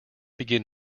begin